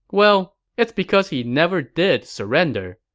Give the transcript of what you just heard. well, it's because he never did surrender.